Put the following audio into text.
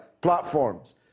platforms